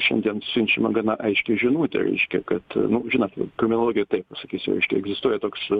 šiandien siunčiama gana aiški žinutė reiškia kad nu žinot kriminologijoj taip pasakysiu reiškia egzistuoja toks